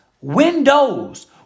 windows